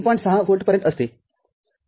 ६ व्होल्टपर्यंत असते